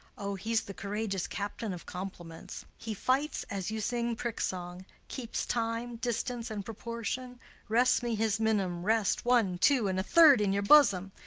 o, he's the courageous captain of compliments. he fights as you sing pricksong-keeps time, distance, and proportion rests me his minim rest, one, two, and the third in your bosom!